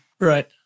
Right